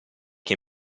che